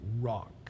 rock